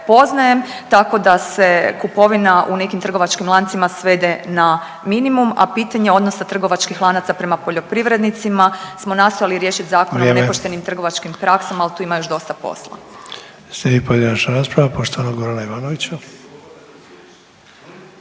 tako da se kupovina u nekim trgovačkim lancima svede na minimum, a pitanje odnosa trgovačkih lanaca prema poljoprivrednicima smo nastojali riješiti Zakonom o …/Upadica: Vrijeme./… nepoštenim trgovačkim praksama, ali tu ima još dosta posla. **Sanader, Ante (HDZ)** Slijedi pojedinačna rasprava poštovanog Gorana Ivanovića.